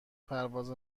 پرواز